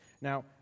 Now